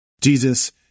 Jesus